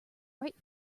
right